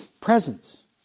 presence